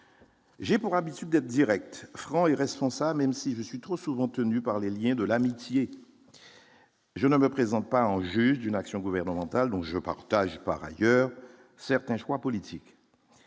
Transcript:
J'ai pour habitude d'Direct, franc et responsable, même si je suis trop souvent tenu par les Liens de l'amitié. Je ne me présente pas en vue d'une action gouvernementale donc je partage par ailleurs certains choix politiques